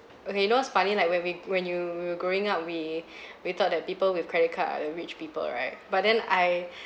okay you know what's funny like when we when you were growing up we we thought that people with credit card are the rich people right but then I